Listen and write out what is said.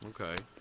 Okay